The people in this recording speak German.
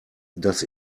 das